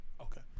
Okay